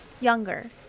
younger